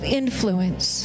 influence